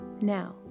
Now